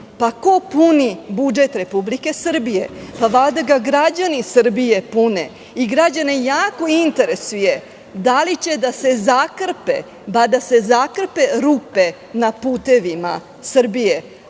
Ko puni budžet Republike Srbije? Valjda ga građani Srbije pune i njih jako interesuje da li će da se zakrpe, bar da se zakrpe rupe na putevima Srbije,